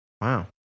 wow